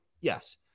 yes